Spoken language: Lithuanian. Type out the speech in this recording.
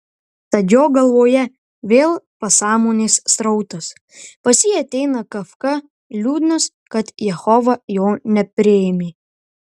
tad jo galvoje vėl pasąmonės srautas pas jį ateina kafka liūdnas kad jehova jo nepriėmė